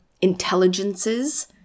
intelligences